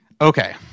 Okay